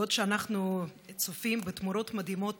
אנחנו צופים בתמורות מדהימות